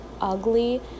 ugly